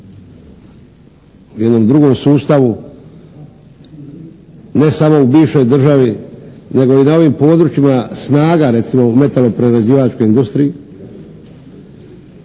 u jednom drugom sustavu ne samo u bivšoj državi nego i na ovim područjima snaga, recimo, u metaloprerađivačkoj industriji.